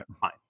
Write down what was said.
fine